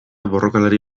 borrokalari